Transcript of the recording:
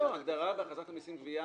הגדרה בהכרזת המסים (גבייה),